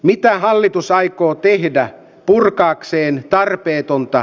mitä hallitus aikoo tehdä purkaakseen tarpeetonta